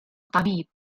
طبيب